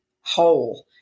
whole